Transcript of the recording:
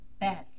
best